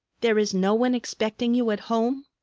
there is no one expecting you at home?